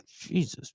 Jesus